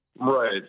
Right